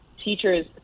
teachers